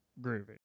groovy